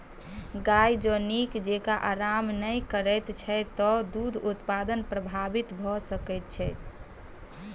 गाय जँ नीक जेँका आराम नै करैत छै त दूध उत्पादन प्रभावित भ सकैत छै